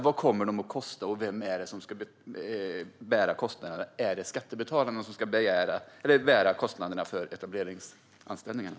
Vad kommer de att kosta, och vem är det som ska bära kostnaderna - är det skattebetalarna som ska bära kostnaderna för etableringsanställningarna?